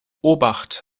obacht